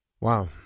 Wow